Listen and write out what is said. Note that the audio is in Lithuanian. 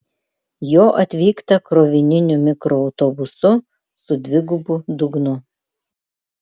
jo atvykta krovininiu mikroautobusu su dvigubu dugnu